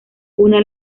una